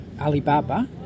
Alibaba